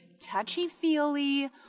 touchy-feely